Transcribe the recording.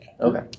okay